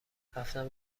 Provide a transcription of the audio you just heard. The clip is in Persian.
رفتم